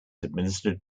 administered